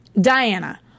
Diana